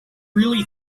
really